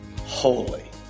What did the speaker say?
holy